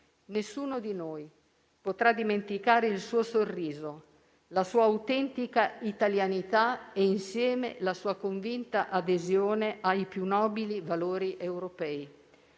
Nessuno di noi potrà dimenticare il suo sorriso, la sua autentica italianità e insieme la sua convinta adesione ai più nobili valori europei.